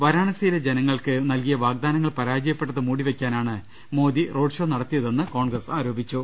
വാരണാസിയിലെ ജനങ്ങൾക്ക് നൽകിയ വാഗ്ദാനങ്ങൾ പരാജ യപ്പെട്ടത് മൂടിവെക്കാനാണ് മോദി റോഡ് ഷോ നടത്തിയതെന്ന് കോൺഗ്രസ് ആരോപിച്ചു